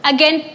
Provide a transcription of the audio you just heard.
Again